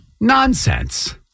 nonsense